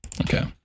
Okay